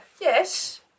Yes